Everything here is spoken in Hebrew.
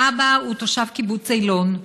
האבא הוא תושב קיבוץ אילון,